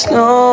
no